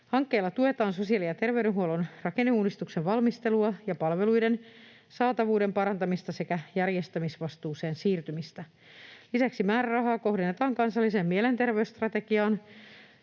Hankkeilla tuetaan sosiaali‑ ja terveydenhuollon rakenneuudistuksen valmistelua ja palveluiden saatavuuden parantamista sekä järjestämisvastuuseen siirtymistä. Lisäksi määrärahaa kohdennetaan kansalliseen mielenterveysstrategiaan,